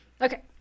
Okay